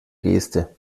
geste